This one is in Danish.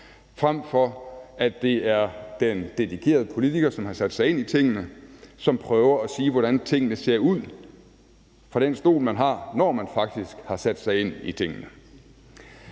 frem for at det er den dedikerede politiker, som har sat sig ind i tingene, og som prøver at sige, hvordan tingene ser ud fra den stol, man har, når man faktisk har sat sig ind i tingene.